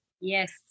yes